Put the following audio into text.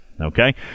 Okay